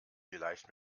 vielleicht